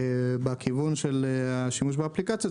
בכיוון של השימוש באפליקציות,